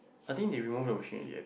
I think they remove the machine already leh